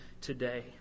today